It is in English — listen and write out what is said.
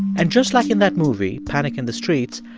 and just like in that movie, panic in the streets,